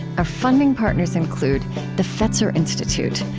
our funding partners include the fetzer institute,